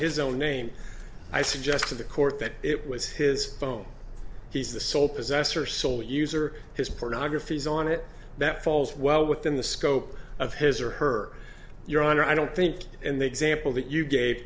his own name i suggest to the court that it was his phone he's the sole possessor sole user has pornography on it that falls well within the scope of his or her your honor i don't think and they examined all that you gave